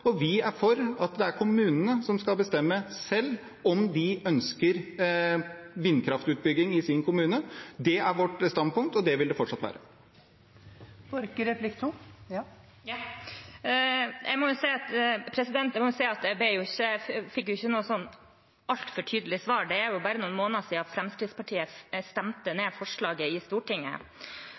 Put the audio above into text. Vi er for at det er kommunene som skal bestemme selv om de ønsker vindkraftutbygging i sin kommune. Det er vårt standpunkt, og det vil det fortsatt være. Jeg må si at jeg ikke fikk et altfor tydelig svar. Det er jo bare noen måneder siden Fremskrittspartiet stemte ned forslaget i Stortinget.